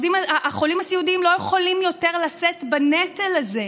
החולים הסיעודיים לא יכולים יותר לשאת בנטל הזה.